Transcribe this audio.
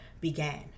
began